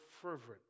fervent